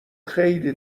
خیلی